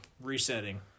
resetting